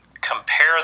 Compare